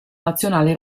nazionale